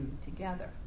together